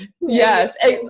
yes